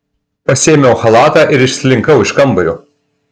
pasiėmiau chalatą ir išslinkau iš kambario